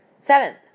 Seventh